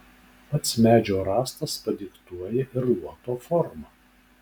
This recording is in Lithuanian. pats medžio rąstas padiktuoja ir luoto formą